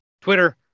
Twitter